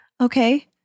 Okay